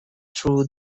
through